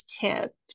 tip